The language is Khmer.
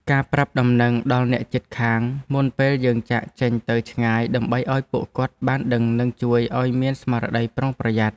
ការប្រាប់ដំណឹងដល់អ្នកជិតខាងមុនពេលយើងចាកចេញទៅឆ្ងាយដើម្បីឱ្យពួកគាត់បានដឹងនិងជួយឱ្យមានស្មារតីប្រុងប្រយ័ត្ន។